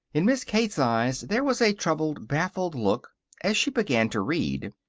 in miss kate's eyes there was a troubled, baffled look as she began to read